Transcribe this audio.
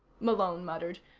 malone muttered.